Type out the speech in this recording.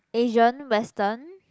Asian Western